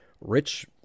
rich